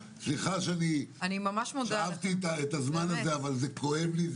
סליחה ששאבתי את כל הזמן הזה אבל זה כואב לי מאוד.